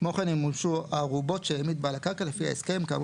כמו כן ימומשו הערובות שהעמיד בעל הקרקע לפי ההסכם כאמור